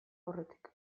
aurretik